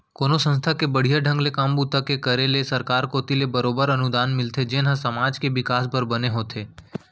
कोनो संस्था के बड़िहा ढंग ले काम बूता के करे ले सरकार कोती ले बरोबर अनुदान मिलथे जेन ह समाज के बिकास बर बने होथे